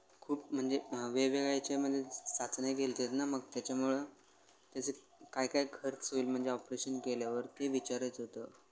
खूप म्हणजे वेगवेगळ्या ह्याच्या म्हणजे चाचण्या केलते ना मग त्याच्यामुळं त्याचे काय काय खर्च होईल म्हणजे ऑपरेशन केल्यावर ते विचारायचं होतं